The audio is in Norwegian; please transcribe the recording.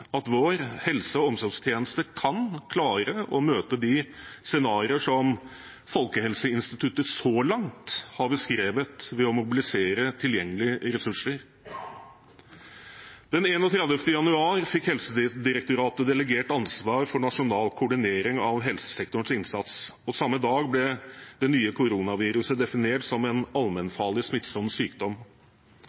at vår helse- og omsorgstjeneste kan klare å møte de scenarioer som Folkehelseinstituttet så langt har beskrevet, ved å mobilisere tilgjengelige ressurser. Den 31. januar fikk Helsedirektoratet delegert ansvar for nasjonal koordinering av helsesektorens innsats. Samme dag ble det nye koronaviruset definert som en «allmennfarlig smittsom sykdom».